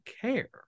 care